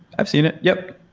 i've seen it, yup.